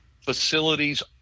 facilities